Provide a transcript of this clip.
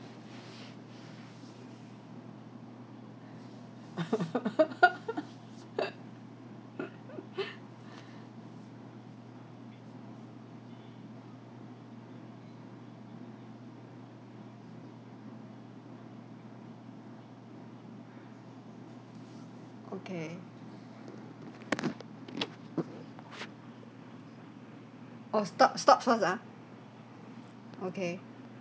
okay oh stop stop first ah okay